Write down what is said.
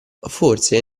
forse